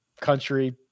country